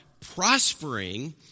prospering